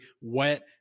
wet